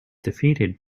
defeated